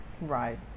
Right